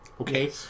Okay